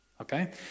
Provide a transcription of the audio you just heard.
okay